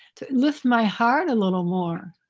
to lift my heart a little more.